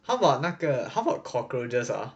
how about 那个 how about cockroaches ah